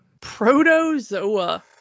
Protozoa